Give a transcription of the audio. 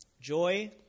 Joy